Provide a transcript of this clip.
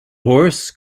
horse